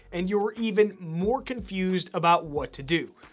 and you're even more confused about what to do.